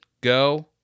Go